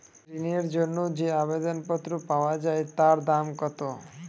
ঋণের জন্য যে আবেদন পত্র পাওয়া য়ায় তার দাম কত?